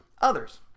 others